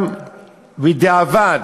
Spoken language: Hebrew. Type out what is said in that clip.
גם בדיעבד,